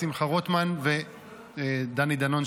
שמחה רוטמן ודני דנון,